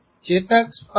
ચેતાક્ષ પાસે આવરણ છે